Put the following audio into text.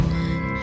one